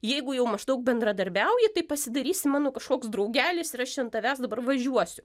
jeigu jau maždaug bendradarbiauji tai pasidarysi mano kažkoks draugelis ir aš an tavęs dabar važiuosiu